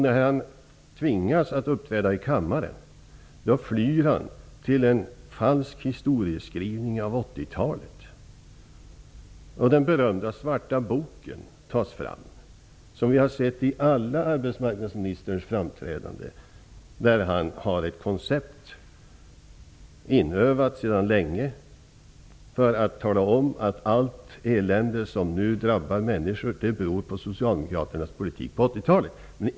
När han tvingas uppträda i kammaren flyr han till en falsk historieskrivning av 80-talet. Den berömda svarta boken tas fram. Den har vi sett vid alla arbetsmarknadsministerns framträdanden när han har ett koncept, inövat sedan länge, för att tala om att allt elände som nu drabbar människor beror på Socialdemokraternas politik på 80-talet.